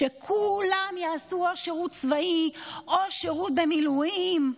שכולם יעשו שירות צבאי או שירות במילואים?